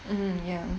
mm ya